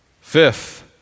fifth